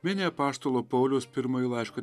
mini apaštalo pauliaus pirmąjį laišką